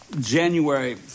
January